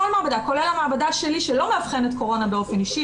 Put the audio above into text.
כולל המעבדה שלי שלא מאבחנת קורונה באופן אישי,